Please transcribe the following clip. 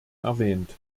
erwähnt